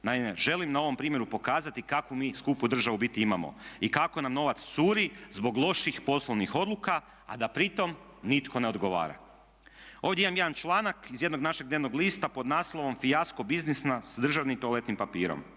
Naime, želim na ovom primjeru pokazati kakvu mi skupu državu u biti imamo i kako nam novac curi zbog loših poslovnih odluka a da pri tome nitko ne odgovara. Ovdje imam jedan članak iz jednog našeg dnevnog lista pod naslovom fijasko biznisa s državnim toaletnim papirom,